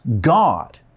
God